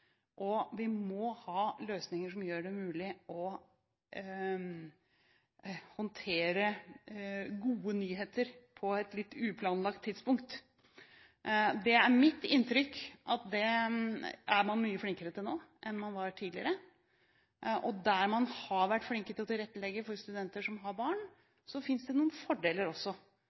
Vi må ha løsninger som gjør det mulig å håndtere gode nyheter på et litt uplanlagt tidspunkt. Det er mitt inntrykk at man er mye flinkere til det nå enn man var tidligere. Der man har vært flinke til å tilrettelegge for studenter som har barn, har de også noen fordeler